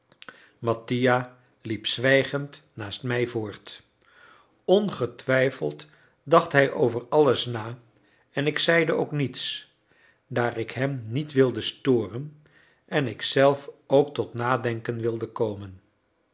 mattia liep zwijgend naast mij voort ongetwijfeld dacht hij over alles na en ik zeide ook niets daar ik hem niet wilde storen en ik zelf ook tot nadenken wilde komen